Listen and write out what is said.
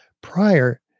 prior